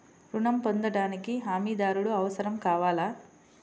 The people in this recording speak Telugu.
ఋణం పొందటానికి హమీదారుడు అవసరం కావాలా?